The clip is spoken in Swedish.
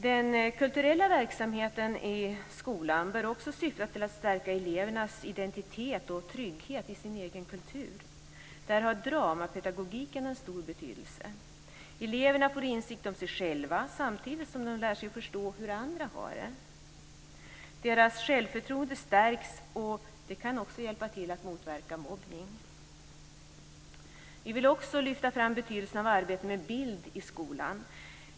Den kulturella verksamheten i skolan bör också syfta till att stärka elevernas identitet och trygghet i sin egen kultur. Där har dramapedagogiken en stor betydelse. Eleverna får insikt om sig själva, samtidigt som de lär sig att förstå hur andra har det. Deras självförtroende stärks, vilket också kan hjälpa till att motverka mobbning. Vi vill vidare lyfta fram betydelsen av arbete med bild i skolan.